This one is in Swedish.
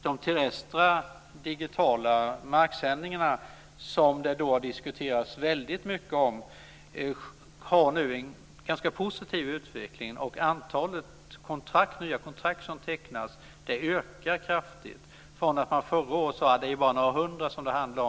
De terrestra digitala marksändningarna, som det har diskuterats mycket om, har nu en ganska positiv utveckling. Antalet nya kontrakt som tecknas ökar kraftigt. Förra året sade man att det bara handlade om några hundra kontrakt.